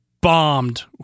bombed